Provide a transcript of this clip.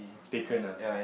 taken ah